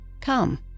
Come